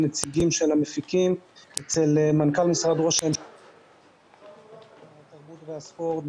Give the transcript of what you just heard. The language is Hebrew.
נציגים של המפיקים אצל מנכ"ל משרד ראש הממשלה --- התרבות והספורט,